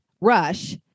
rush